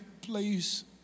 please